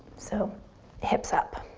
so hips up.